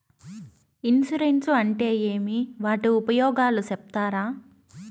Insurance అంటే ఏమి? వాటి ఉపయోగాలు సెప్తారా?